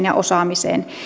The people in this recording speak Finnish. ja osaamiseen